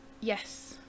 yes